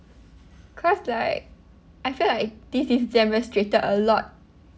cause like I feel like this is demonstrated a lot